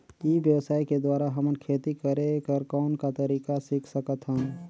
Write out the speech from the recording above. ई व्यवसाय के द्वारा हमन खेती करे कर कौन का तरीका सीख सकत हन?